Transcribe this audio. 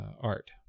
art